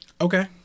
Okay